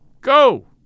Go